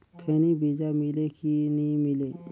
खैनी बिजा मिले कि नी मिले?